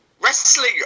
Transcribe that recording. Wrestling